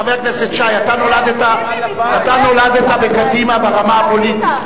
חבר הכנסת שי, אתה נולדת בקדימה ברמה הפוליטית.